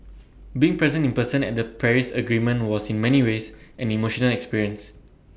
being present in person at the Paris agreement was in many ways an emotional experience